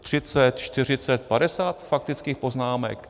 30, 40, 50 faktických poznámek?